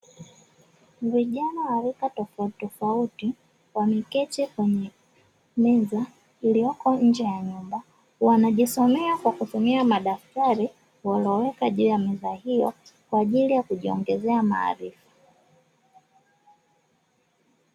Vijana wa rika tofautitofauti, wameketi kwenye meza iliyoko nje ya nyumba. Wanajisomea kwa kutumia madaftari waliyoweka juu ya meza hiyo, kwa ajili ya kujiongezea maarifa.